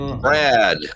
Brad